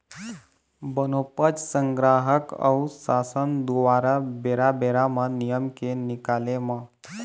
बनोपज संग्राहक अऊ सासन दुवारा बेरा बेरा म नियम के निकाले म